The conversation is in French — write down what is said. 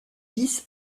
vice